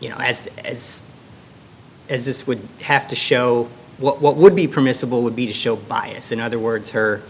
you know as as as this would have to show what what would be permissible would be to show bias in other words her